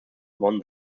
won